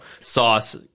Sauce